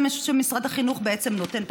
זה משהו שמשרד החינוך בעצם נותן,